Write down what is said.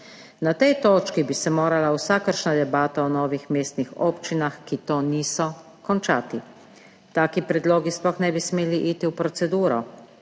Na tej točki bi se morala vsakršna debata o novih mestnih občinah, ki to niso, končati. Taki predlogi sploh ne bi smeli iti v proceduro,